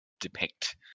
depict